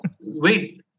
wait